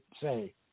say